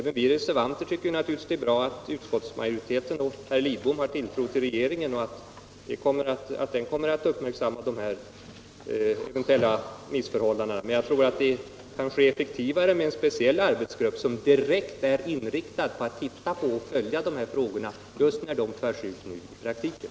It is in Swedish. Vi reservanter tycker naturligtvis att det är bra att utskottsmajoriteten och herr Lidbom har tilltro till att regeringen kommer att uppmärksamma eventuella missförhållanden. Men jag tror att det kan ske effektivare med en speciell arbetsgrupp, som direkt är inriktad på att studera och följa dessa frågor när de förs ut i praktiken.